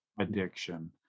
addiction